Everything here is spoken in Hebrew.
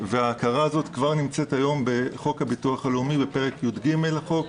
וההכרה הזאת כבר נמצאת היום בחוק הביטוח הלאומי בפרק י"ג לחוק,